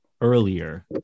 earlier